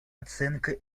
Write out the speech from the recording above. оценка